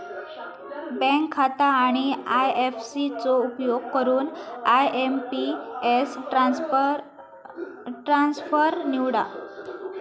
bank खाता आणि IFC चो उपयोग करून आय.एम.पी.एस ट्रान्सफर निवडा